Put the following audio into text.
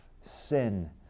Sin